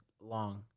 long